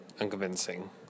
unconvincing